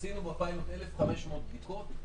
עשינו בפיילוט 1,500 בדיקות,